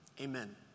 Amen